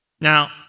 Now